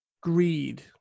greed